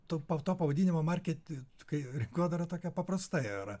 to po to pavadinimą market rinkodara tokia paprasta yra